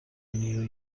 new